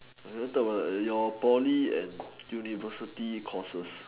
uh you talk about your Poly and university courses